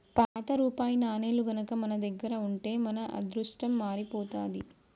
పాత రూపాయి నాణేలు గనక మన దగ్గర ఉంటే మన అదృష్టం మారిపోతాది